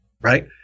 Right